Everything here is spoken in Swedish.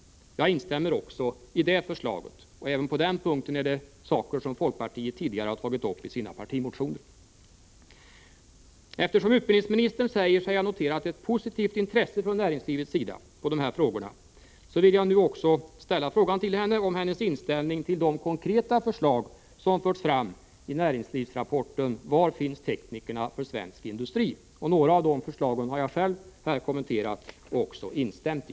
Jag instämmer också i det förslaget. Även på den punkten gäller det sådant som folkpartiet tidigare har tagit upp i sina partimotioner. Eftersom utbildningsministern säger sig ha noterat ett positivt intresse från näringslivets sida vad gäller de här frågorna vill jag nu fråga om hennes inställning till de konkreta förslag som förts fram i näringslivsrapporten Var finns teknikerna för svensk industri? — Några av de förslagen har jag själv kommenterat och också instämt i.